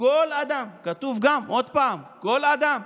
"כל אדם" כתוב עוד פעם "כל אדם",